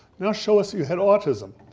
now show us you had autism,